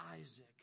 Isaac